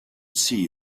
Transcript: see